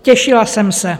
Těšila jsem se.